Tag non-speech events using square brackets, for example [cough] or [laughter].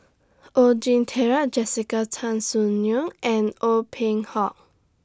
Oon Jin [unintelligible] Jessica Tan Soon Neo and Ong Peng Hock